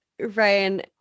Ryan